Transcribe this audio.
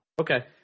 Okay